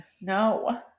No